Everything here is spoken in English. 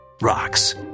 rocks